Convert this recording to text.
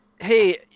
hey